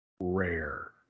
rare